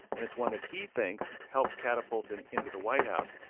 and it's one that he thinks helped catapult him into the white house.